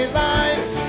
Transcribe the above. lies